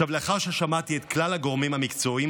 לאחר ששמעתי את כלל הגורמים המקצועיים